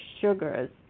sugars